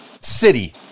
city